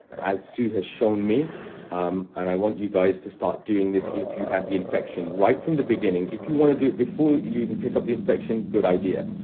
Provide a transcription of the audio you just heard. as sue has shown me um and i want you guys to start doing this if you have the infection right from the beginning, if you want to do it before you even pick up the infection, good idea.